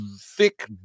thick